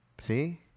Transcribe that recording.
see